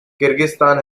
kyrgyzstan